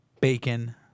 bacon